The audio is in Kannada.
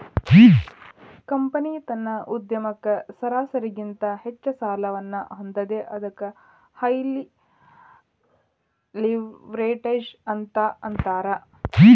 ಕಂಪನಿ ತನ್ನ ಉದ್ಯಮಕ್ಕ ಸರಾಸರಿಗಿಂತ ಹೆಚ್ಚ ಸಾಲವನ್ನ ಹೊಂದೇದ ಅದಕ್ಕ ಹೈಲಿ ಲಿವ್ರೇಜ್ಡ್ ಅಂತ್ ಅಂತಾರ